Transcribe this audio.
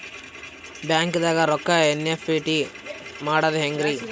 ಬ್ಯಾಂಕ್ದಾಗ ರೊಕ್ಕ ಎನ್.ಇ.ಎಫ್.ಟಿ ಮಾಡದ ಹೆಂಗ್ರಿ?